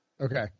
Okay